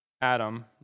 Adam